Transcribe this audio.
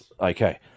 Okay